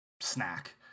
snack